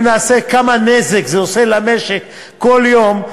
אם נעשה חישוב כמה נזק זה עושה למשק כל יום,